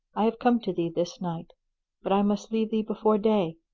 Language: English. i have come to thee this night but i must leave thee before day.